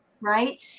right